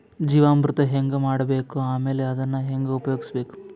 ಜೀವಾಮೃತ ಹೆಂಗ ಮಾಡಬೇಕು ಆಮೇಲೆ ಅದನ್ನ ಹೆಂಗ ಉಪಯೋಗಿಸಬೇಕು?